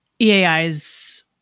EAI's